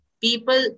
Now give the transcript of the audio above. People